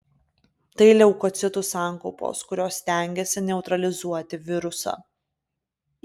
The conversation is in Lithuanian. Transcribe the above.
tai leukocitų sankaupos kurios stengiasi neutralizuoti virusą